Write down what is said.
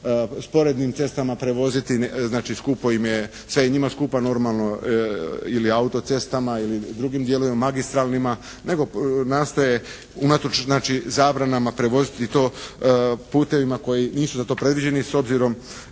sporednim cestama prevoziti. Znači, skupo im je. Sve je i njima skupo normalno ili autocestama ili drugim dijelovima magistralnima nego nastoje unatoč znači zabranama prevoziti to putevima koji nisu za to predviđeni s obzirom